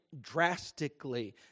drastically